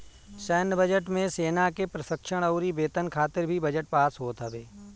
सैन्य बजट मे सेना के प्रशिक्षण अउरी वेतन खातिर भी बजट पास होत हवे